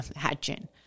imagine